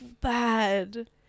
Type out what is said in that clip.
bad